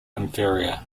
inferior